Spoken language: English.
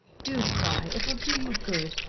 do cry it'll do you good,